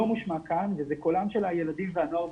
מושמע כאן וזה קולם של הילדים והנוער בסיכון.